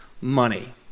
money